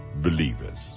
believers